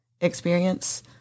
experience